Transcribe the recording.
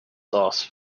sauce